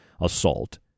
assault